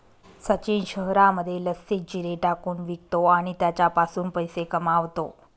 सचिन शहरामध्ये लस्सीत जिरे टाकून विकतो आणि त्याच्यापासून पैसे कमावतो